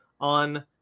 on